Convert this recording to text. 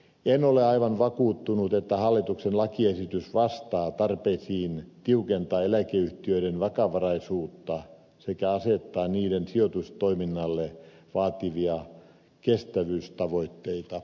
en ole aivan vakuuttunut että hallituksen lakiesitys vastaa tarpeisiin tiukentaa eläkeyhtiöiden vakavaraisuutta sekä asettaa niiden sijoitustoiminnalle vaativia kestävyystavoitteita